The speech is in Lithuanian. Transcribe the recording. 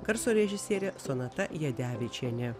garso režisierė sonata jadevičienė